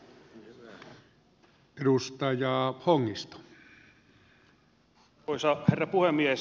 arvoisa herra puhemies